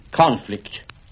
conflict